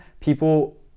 People